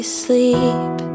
sleep